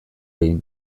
egin